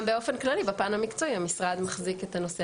גם באופן כללי בפן המקצועי המשרד מחזיק את הנושא